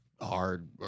hard